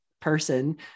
person